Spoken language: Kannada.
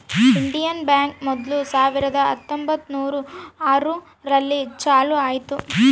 ಇಂಡಿಯನ್ ಬ್ಯಾಂಕ್ ಮೊದ್ಲು ಸಾವಿರದ ಹತ್ತೊಂಬತ್ತುನೂರು ಆರು ರಲ್ಲಿ ಚಾಲೂ ಆಯ್ತು